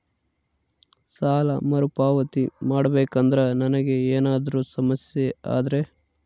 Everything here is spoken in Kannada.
ಸಾಲ ಮರುಪಾವತಿ ಮಾಡಬೇಕಂದ್ರ ನನಗೆ ಏನಾದರೂ ಸಮಸ್ಯೆ ಆದರೆ?